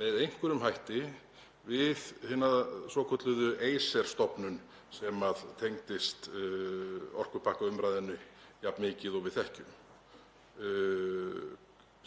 með einhverjum hætti við hina svokölluðu ACER-stofnun sem tengdist orkupakkaumræðunni jafn mikið og við þekkjum?